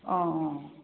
অঁ অঁ